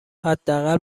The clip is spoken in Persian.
حداقل